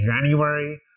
January